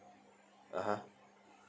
(uh huh)